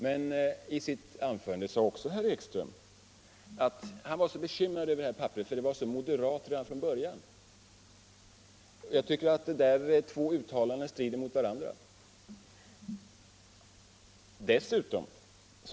Men herr Ekström sade också att han var bekymrad över detta papper för att det var så moderat redan från början. Jag tycker att dessa två uttalanden strider mot varandra.